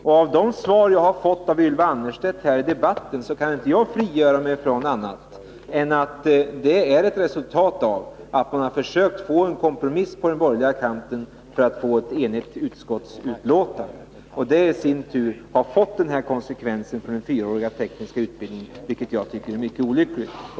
Trots de svar jag har fått av Ylva Annerstedt här i debatten kan jag inte frigöra mig från tanken att förslaget är ett resultat av att man på den borgerliga kanten försökt sig på en kompromiss för att få ett enhälligt utskottsbetänkande. Detta i sin tur har fått denna olyckliga konsekvens för den fyraåriga tekniska utbildningen.